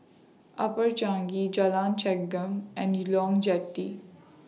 Upper Changi Jalan Chengam and Jetty